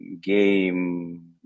game